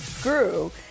grew